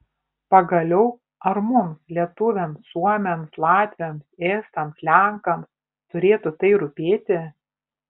pagaliau ar mums lietuviams suomiams latviams estams lenkams turėtų tai rūpėti